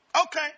Okay